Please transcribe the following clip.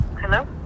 Hello